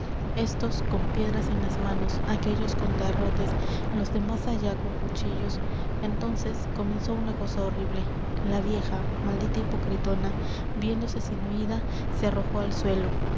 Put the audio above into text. éstos con piedras en las manos aquéllos con garrotes los de más allá con cuchillos entonces comenzó una cosa horrible la vieja maldita hipocritona viéndose sin huída se arrojó al suelo